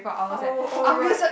oh oh right